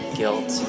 guilt